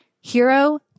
Hero